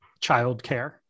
childcare